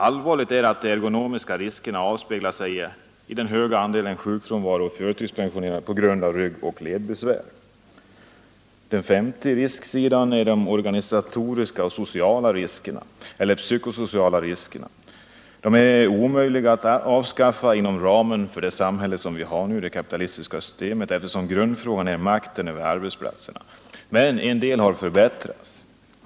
Allvarligt är att de ergonomiska riskerna avspeglar sig i den höga andelen sjukfrånvaro och förtidspensionering på grund av ryggoch ledbesvär. De organisatoriska och sociala riskerna eller de psykosociala riskerna är omöjliga att avskaffa inom ramen för det samhälle som vi har nu, det kapitalistiska systemet, eftersom grundfrågan är makten över arbetsplatserna. Men en del har förbättrats.